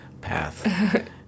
path